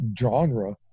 genre